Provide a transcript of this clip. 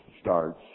starts